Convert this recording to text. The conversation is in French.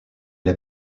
est